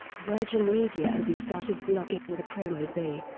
virgin media and be started blocking the promo bay,